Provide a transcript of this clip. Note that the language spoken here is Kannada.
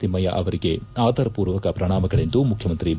ತಿಮ್ಮಯ್ಕ ಅವರಿಗೆ ಅದರ ಪೂರ್ವಕ ಪ್ರಣಾಮಗಳೆಂದು ಮುಖ್ಯಮಂತ್ರಿ ಬಿ